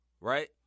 Right